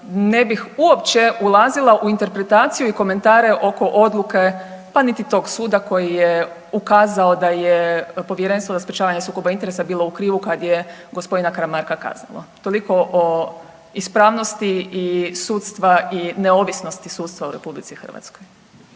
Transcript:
ne bih uopće ulazila u interpretaciju i komentare oko odluke pa niti tog suda koji je ukazao da je Povjerenstvo za sprječavanje sukoba interesa bilo u krivu kad je gospodina Karamarka kaznilo. Toliko o ispravnosti sudstva i neovisnosti sudstva u RH.